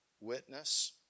witness